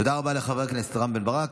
תודה רבה לחבר הכנסת רם בן ברק.